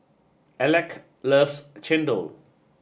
Aleck loves Chendol